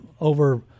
over